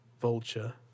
Vulture